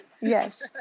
Yes